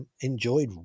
enjoyed